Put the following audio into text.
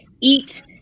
eat